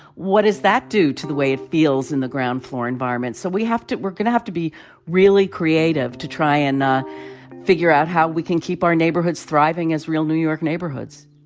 what does that do to the way it feels in the ground floor environment? environment? so we have to we're going to have to be really creative to try and figure out how we can keep our neighborhoods thriving as real new york neighborhoods